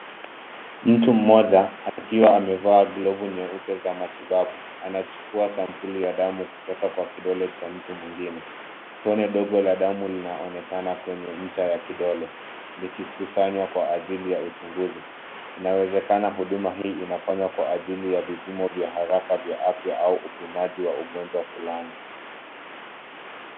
Mtu mmoja akiwa amevaa glovu nyeupe za matibabu achukua sampuli ya damu kutoka kwa kidole cha mtu mwingine. Tone dogo la damu linaonekana kwenye ncha ya kidole likikusanywa kwa ajili ya uchunguzi. Inawezekana huduma hii inafanywa kwa ajili ya vipimo vya haraka vya afya au upimaji wa ugonjwa fulani.